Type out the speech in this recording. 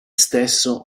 stesso